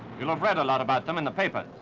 you'll have read a lot about them in the papers.